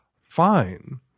fine